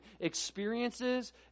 experiences